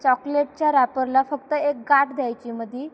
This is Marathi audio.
चॉकलेटच्या रॅपरला फक्त एक गाठ द्यायची मध्ये